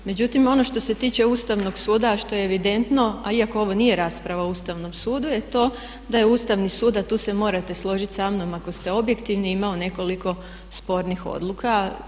Međutim, ono što se tiče Ustavnog suda, a što je evidentno, a iako ovo nije rasprava o Ustavnom sudu je to da je Ustavni sud, a tu se morate složiti sa mnom ako ste objektivni imao nekoliko spornih odluka.